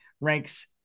ranks